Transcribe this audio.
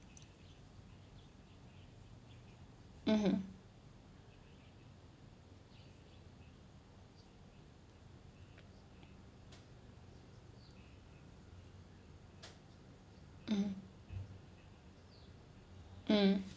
mmhmm mmhmm mm